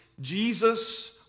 Jesus